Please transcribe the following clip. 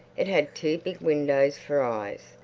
it had two big windows for eyes,